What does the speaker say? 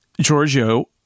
Giorgio